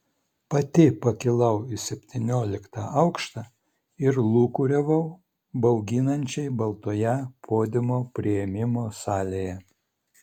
pati pakilau į septynioliktą aukštą ir lūkuriavau bauginančiai baltoje podiumo priėmimo salėje